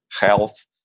health